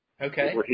Okay